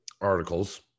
articles